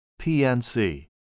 PNC